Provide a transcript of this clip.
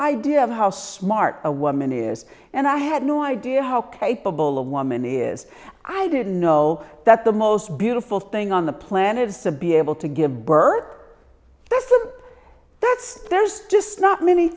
idea of how smart a woman is and i had no idea how capable a woman is i didn't know that the most beautiful thing on the planet is to be able to give birth that's there's just not many